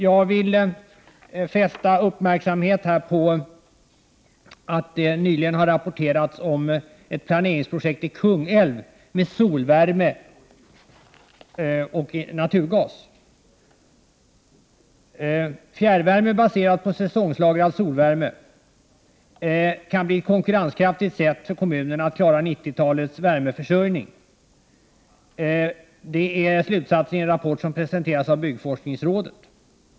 Jag vill fästa uppmärksamheten på att det nyligen har rapporterats om ett planeringsprojekt med solvärme och naturgas i Kungälv. Genom fjärrvärme baserad på säsongslagrad solvärme skulle kommunerna på ett konkurrenskraftigt sätt kunna klara 90-talets värmeförsörjning. Den slutsatsen dras i en rapport som presenteras av byggforskningsrådet.